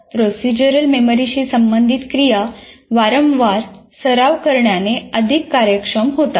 procedural मेमरीशी संबंधित क्रिया वारंवार सराव करण्याने अधिक कार्यक्षम होतात